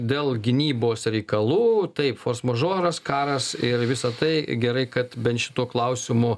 dėl gynybos reikalų tai fors mažoras karas ir visa tai gerai kad bent šituo klausimu